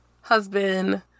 husband